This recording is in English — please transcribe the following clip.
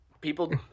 people